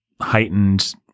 heightened